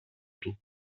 του